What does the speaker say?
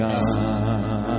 God